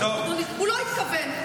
הוא לא התכוון.